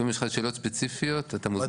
אם יש לך שאלות ספציפיות, אתה מוזמן.